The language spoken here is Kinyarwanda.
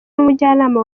n’umujyanama